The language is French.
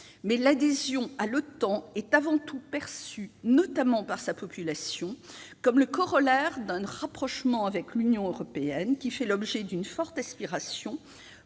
L'adhésion à l'OTAN est avant tout perçue, notamment par sa population, comme le corollaire d'un rapprochement avec l'Union européenne, qui nourrit de fortes aspirations